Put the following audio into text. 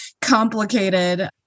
complicated